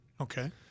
Okay